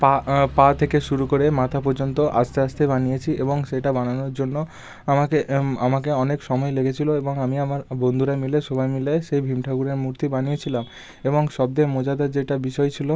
পা পা থেকে শুরু করে মাথা পর্যন্ত আস্তে আস্তে বানিয়েছি এবং সেটা বানানোর জন্য আমাকে আমাকে অনেক সময় লেগেছিলো এবং আমি আমার বন্ধুরা মিলে সবাই মিলে সেই ভীম ঠাকুরের মূর্তি বানিয়েছিলাম এবং সব থেকে মজাদার যেইটা বিষয় ছিলো